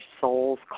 soul's